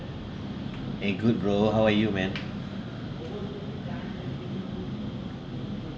eh good bro how are you man